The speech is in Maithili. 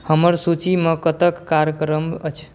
हमर सूचीमे कतयके कार्यक्रम अछि